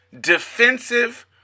defensive